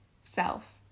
self